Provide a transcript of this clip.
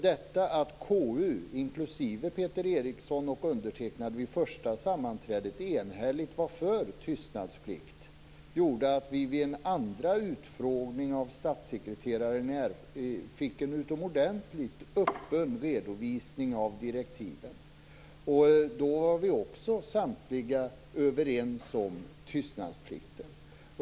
Detta att KU, inklusive Peter Eriksson och undertecknad, vid första sammanträdet enhälligt var för tystnadsplikt gjorde att vi fick en utomordentligt öppen redovisning av direktiven vid en andra utfrågning av statssekreteraren. Då var också samtliga överens om tystnadsplikten.